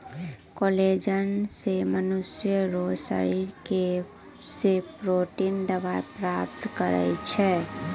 collagen से मनुष्य रो शरीर से प्रोटिन दवाई प्राप्त करै छै